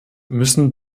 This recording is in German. müssen